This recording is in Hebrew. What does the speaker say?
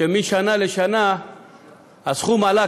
שמשנה לשנה הסכום עלה.